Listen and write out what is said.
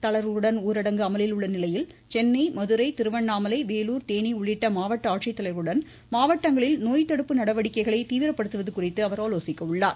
தளர்வுகளுடன் ஊரடங்கு அமலில் உள்ள நிலையில் சென்னை மதுரை திருவண்ணாமலை வேலூர் தேனி உள்ளிட்ட மாவட்ட ஆட்சித்தலைவர்களுடன் மாவட்டங்களில் நோய்த்தடுப்பு நடவடிக்கைகளை மேலும் தீவிரப்படுத்துவது உள்ளிட்டவை குறித்து அவர் ஆலோசிக்க உள்ளார்